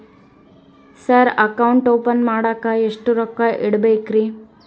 Sir account open ಮಾಡಾಕ ಎಷ್ಟು ರೊಕ್ಕ ಇಡಬೇಕ್ರಿ?